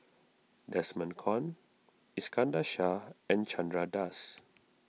Desmond Kon Iskandar Shah and Chandra Das